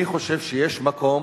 אני חושב שיש מקום,